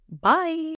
bye